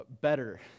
better